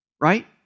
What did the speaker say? Right